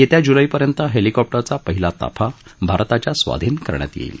येत्या जुलैपर्यंत हेलिकॉप्टरचा पहिला ताफा भारताच्या स्वाधीन करण्यात येईल